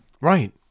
Right